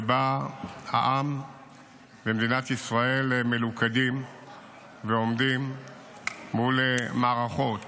שבה העם במדינת ישראל מלוכד ועומד מול מערכות